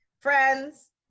Friends